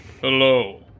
Hello